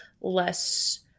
less